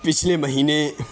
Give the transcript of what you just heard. پچھلے مہینے